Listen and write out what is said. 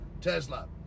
Tesla